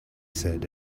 said